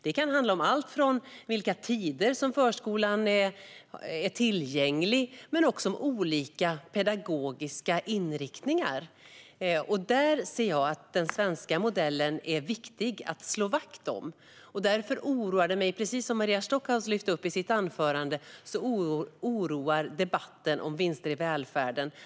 Det kan handla om allt från vilka tider som förskolan är tillgänglig till olika pedagogiska inriktningar. Där anser jag att den svenska modellen är viktig att slå vakt om. Precis som Maria Stockhaus lyfte upp i sitt anförande blir jag orolig över debatten om vinster i välfärden.